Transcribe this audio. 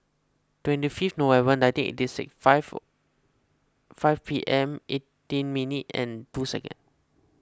twenty five November nineteen eighty six five five P M eighteen minute and two second